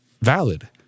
valid